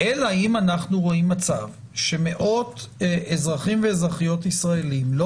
-- אלא אם אנחנו רואים מצב שמאות אזרחים ואזרחיות ישראלים לא